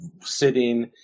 sitting